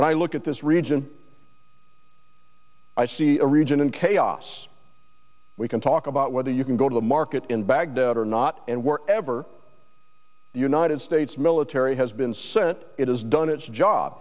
when i look at this region i see a region in chaos we can talk about whether you can go to the market in baghdad are not and were ever the united states military has been sent it has done its job